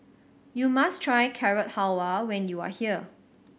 you must try Carrot Halwa when you are here